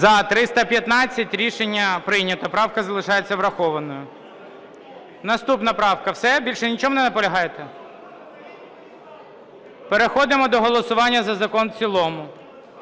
За-315 Рішення прийнято. Правка залишається врахованою. Наступна правка. Все, більше ні на чому не наполягаєте? Переходимо до голосування за закон в цілому.